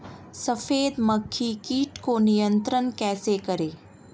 सफेद मक्खी कीट को नियंत्रण कैसे करें?